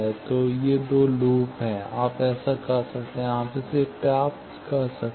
तो ये दो लूप आप ऐसा करते हैं और आप इसे प्राप्त कर सकते हैं